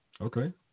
Okay